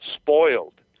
spoiled